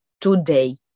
today